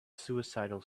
suicidal